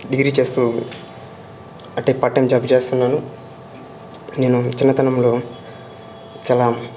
degree చేస్తూ అట్టే part time job చేస్తున్నాను నేను చిన్నతనంలో చాలా